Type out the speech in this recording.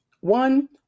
One